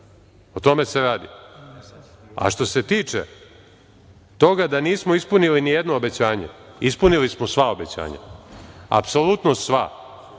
o tome se radi. Što se tiče, toga da nismo ispunili nijedno obećanje, ispunili smo sva obećanja, apsolutno sva,